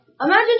imagine